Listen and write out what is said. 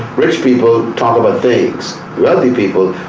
rich people talk about things. wealthy people,